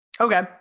Okay